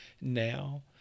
now